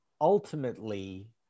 ultimately